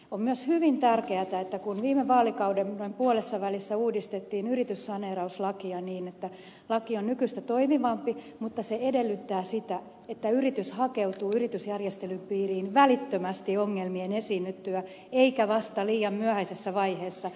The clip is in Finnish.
on myös hyvin tärkeätä että viime vaalikauden noin puolessavälissä uudistettiin yrityssaneerauslakia niin että laki on nykyistä toimivampi mutta se edellyttää sitä että yritys hakeutuu yritysjärjestelyn piiriin välittömästi ongelmien esiinnyttyä eikä vasta liian myöhäisessä vaiheessa